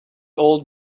old